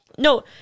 no